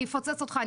אני אפוצץ אותך',